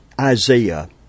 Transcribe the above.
Isaiah